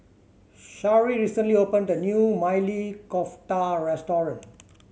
Shari recently opened a new Maili Kofta Restaurant